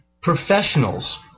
professionals